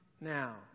now